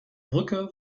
brücke